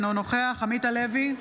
אינו נוכח עמית הלוי,